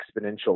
exponential